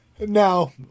Now